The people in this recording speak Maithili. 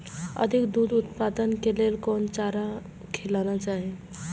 अधिक दूध उत्पादन के लेल कोन चारा खिलाना चाही?